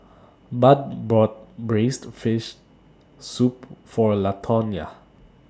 Budd bought Braised Shark Fin Soup For Latonya